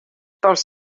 pels